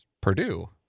Purdue